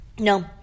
No